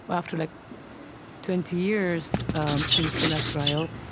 after like twenty years since the last trial,